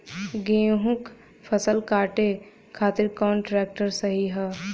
गेहूँक फसल कांटे खातिर कौन ट्रैक्टर सही ह?